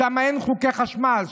שם אין חוקי חשמל.